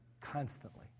constantly